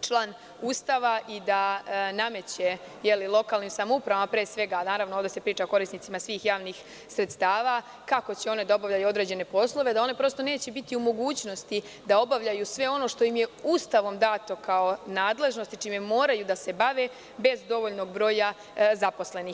član Ustava i da nameće lokalnim samoupravama pre svega, naravno, ovde se priča o korisnicima svih javnih sredstava, kako će one da obavljaju određene poslove, da one prosto neće biti u mogućnosti da obavljaju sve ono što im je Ustavom dato kao nadležnosti, čime moraju da se bave bez dovoljnog broja zaposlenih?